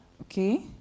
Okay